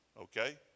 okay